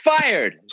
fired